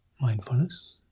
mindfulness